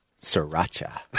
Sriracha